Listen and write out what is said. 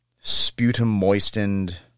sputum-moistened